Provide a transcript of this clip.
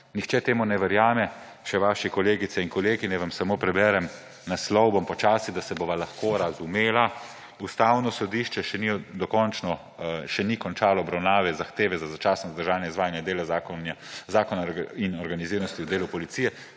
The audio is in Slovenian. nihče temu ne verjame, še vaše kolegice in kolegi ne. Naj vam sam preberem naslov, bom počasi, da se bova lahko razumela: »Ustavno sodišče še ni končalo obravnave zahteve za začasno zadržanje izvajanja dela Zakona o organiziranosti in delu policije.«